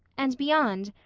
and beyond,